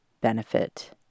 benefit